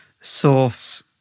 source